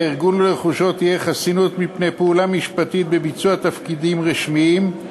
לארגון ולרכושו תהיה חסינות מפני פעולה משפטית בביצוע תפקידים רשמיים,